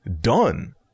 done